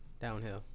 Downhill